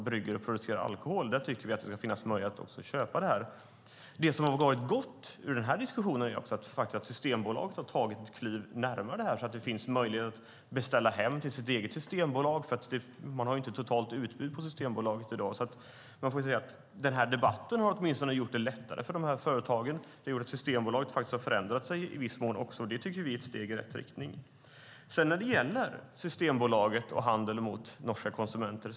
Vi beklagar att vi inte har fått med oss hela regeringen på det, men så fungerar regeringspolitiken. Det goda som har kommit ur denna diskussion är att Systembolaget har möjliggjort för kunder att beställa dessa produkter. Systembolaget har ju inte ett totalt utbud. Debatten har alltså gjort det lättare för företagen i och med att Systembolaget har ändrat sig i viss mån, vilket vi tycker är ett steg i rätt riktning. Så till Systembolaget och handeln mot norska konsumenter.